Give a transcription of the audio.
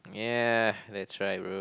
yeah that's right bro